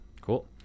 Cool